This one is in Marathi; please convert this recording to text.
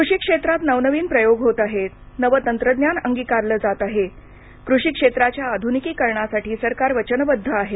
कृषी क्षेत्रात नवनवीन प्रयोग होत आहेत नवं तंत्रज्ञान अंगिकारलं जातं आहे कृषी क्षेत्राच्या आध्रुनिकीकरणासाठी सरकार वचनबद्द आहे